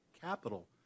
capital